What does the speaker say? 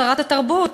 שרת התרבות,